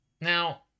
Now